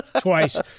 twice